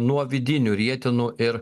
nuo vidinių rietenų ir